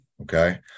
Okay